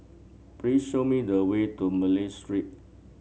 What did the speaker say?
please show me the way to Malay Street